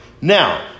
Now